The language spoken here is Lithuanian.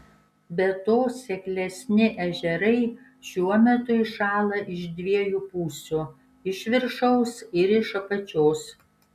be to seklesni ežerai šiuo metu įšąla iš dviejų pusių iš viršaus ir iš apačios